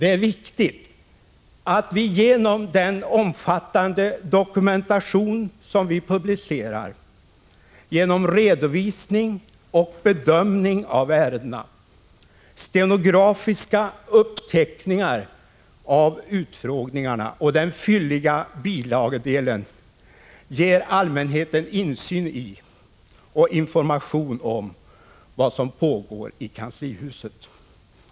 Det är viktigt att 19 vi i den omfattande dokumentation som vi publicerar med redovisning och bedömning av ärendena, genom stenografiska uppteckningar av utfrågningarna och genom den fylliga bilagedelen ger allmänheten insyn i och information om vad som pågår i kanslihuset.